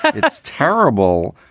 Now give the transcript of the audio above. it's terrible.